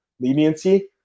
leniency